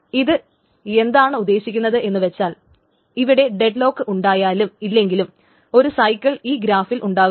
ഇത് എന്താണ് ഉദ്ദേശിക്കുന്നത് എന്നുവച്ചാൽ ഇവിടെ ഡെഡ്ലോക്ക് ഉണ്ടായാലും ഇല്ലെങ്കിലും ഒരു സൈക്കിൾ ഈ ഗ്രാഫിൽ ഉണ്ടാകുന്നുണ്ട്